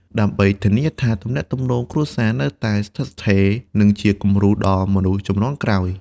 ដើម្បីធានាថាទំនាក់ទំនងគ្រួសារនៅតែស្ថិតស្ថេរ និងជាគំរូដល់មនុស្សជំនាន់ក្រោយ។